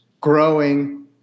growing